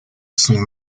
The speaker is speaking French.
sont